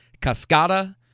Cascada